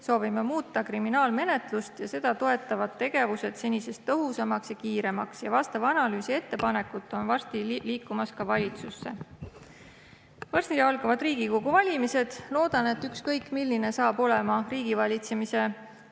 soovime muuta kriminaalmenetlust ja seda toetavad tegevused senisest tõhusamaks ja kiiremaks. Vastavad analüüsid ja ettepanekud liiguvad varsti ka valitsusse. Peagi algavad Riigikogu valimised. Loodan, et ükskõik milline saab olema riigivalitsemise koosseis